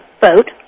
vote